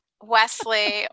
Wesley